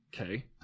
Okay